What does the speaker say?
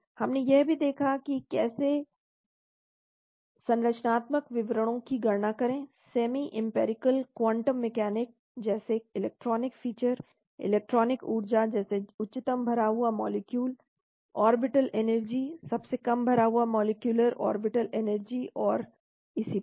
हमने यह भी देखा कि कैसे संरचनात्मक विवरणों की गणना करें सेमी एमपीरीकल क्वांटम मैकेनिक जैसे इलेक्ट्रॉनिक फीचर इलेक्ट्रॉनिक ऊर्जा जैसे उच्चतम भरा हुआ मॉलिक्यूलर ऑर्बिटल एनर्जी सबसे कम भरा हुआ मॉलिक्यूलर ऑर्बिटल एनर्जी और इसी प्रकार